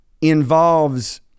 involves